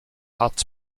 hot